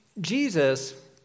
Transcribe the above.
Jesus